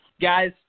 guys